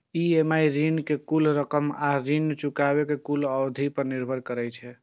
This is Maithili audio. ई.एम.आई ऋण के कुल रकम आ ऋण चुकाबै के कुल अवधि पर निर्भर करै छै